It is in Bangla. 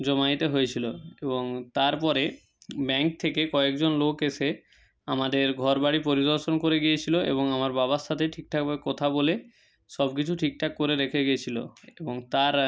জমায়িত হয়েছিলো এবং তারপরে ব্যাঙ্ক থেকে কয়েকজন লোক এসে আমাদের ঘর বাড়ি পরিদর্শন করে গিয়েছিলো এবং আমার বাবার সাথে ঠিকঠাকভাবে কথা বলে সব কিছু ঠিকঠাক করে রেখে গিয়েছিলো এবং তার